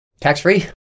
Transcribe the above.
Tax-free